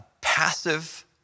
passive